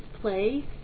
place